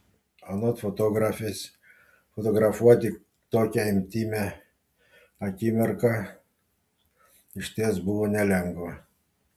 anot fotografės fotografuoti tokią intymią akimirką išties buvo nelengva